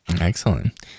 excellent